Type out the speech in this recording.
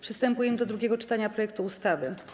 Przystępujemy do drugiego czytania projektu ustawy.